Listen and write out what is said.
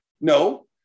No